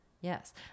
Yes